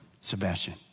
Sebastian